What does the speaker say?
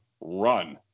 run